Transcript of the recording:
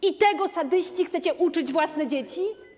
I tego, sadyści, chcecie uczyć własne dzieci?